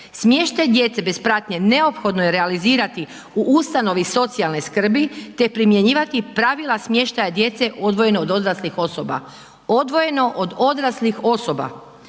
Smještaj djece bez pratnje neophodno je realizirati u ustanovi socijalne skrbi, te primjenjivati pravila smještaja djece odvojene od odraslih osoba, odvojeno od odraslih osoba.